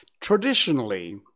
Traditionally